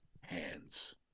hands